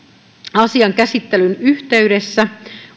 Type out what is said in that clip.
asian käsittelyn yhteydessä